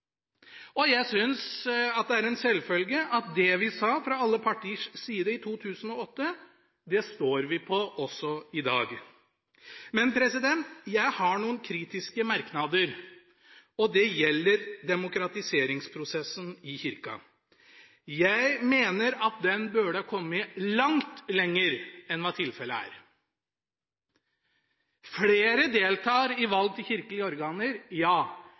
Jeg syns det er en selvfølge at det vi sa fra alle partiers side i 2008, det står vi på også i dag. Men jeg har noen kritiske merknader, og det gjelder demokratiseringsprosessen i Kirka. Jeg mener at den burde kommet langt lenger enn hva tilfellet er. Flere deltar i valg til kirkelige organer, ja,